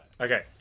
Okay